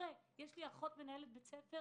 יש לי אחות מנהלת בית ספר.